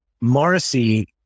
Morrissey